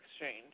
Exchange